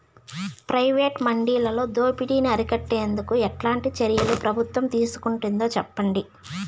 Private మండీలలో దోపిడీ ని అరికట్టేందుకు ఎట్లాంటి చర్యలు ప్రభుత్వం తీసుకుంటుందో చెప్పండి?